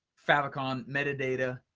favicon, metadata,